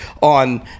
on